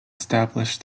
established